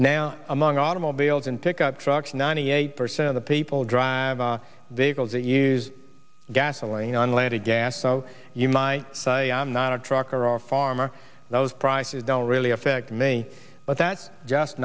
now among automobiles and pickup trucks ninety eight percent of the people drive they go to use gasoline unleaded gas so you might say i'm not a trucker or a farmer those prices don't really affect me but that's just